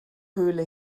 höhle